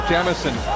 Jamison